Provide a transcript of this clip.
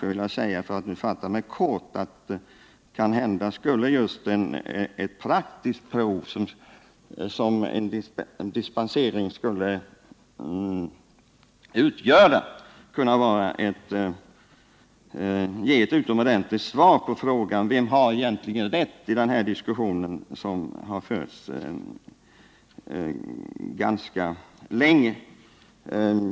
Jag vill gärna kortfattat skjuta in här att kanhända skulle just ett sådant praktiskt prov på hur lagstiftningen fungerar, som en dispensering skulle utgöra, kunna ge ett utomordentligt värdefullt svar på frågan om vem som egentligen har rätt i den diskussion på det här området som förts ganska länge.